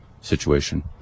situation